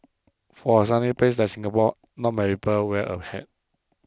for a sunny place like Singapore not many wear a hat